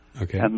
Okay